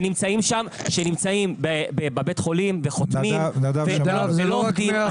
שנמצאים בבית חולים וחותמים ולא עובדים.